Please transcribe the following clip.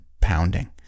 pounding